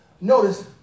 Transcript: Notice